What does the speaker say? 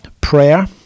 Prayer